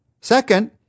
Second